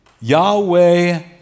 yahweh